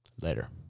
Later